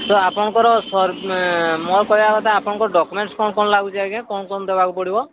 ତ ଆପଣଙ୍କର ମୋ କିହିବା କଥା ଆପଣଙ୍କ ଡକ୍ୟୁମେଣ୍ଟସ କ'ଣ କ'ଣ ଲାଗୁଛି ଆଜ୍ଞା କ'ଣ କ'ଣ ଦେବାକୁ ପଡ଼ିବ